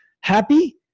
happy